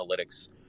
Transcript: analytics